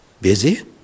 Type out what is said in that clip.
busy